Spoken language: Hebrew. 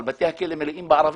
אבל בתי הכלא מלאים בערבים.